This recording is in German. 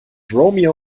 romeo